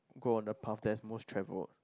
go on the path that are most travelled